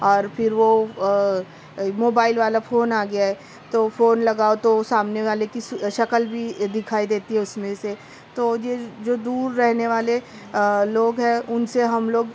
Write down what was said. اور پھر وہ موبائل والا فون آ گیا ہے تو فون لگاؤ تو وہ سامنے والے کی شکل بھی دکھائی دیتی ہے اس میں سے تو جو دور رہنے والے لوگ ہیں ان سے ہم لوگ